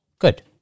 Good